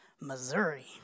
Missouri